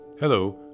Hello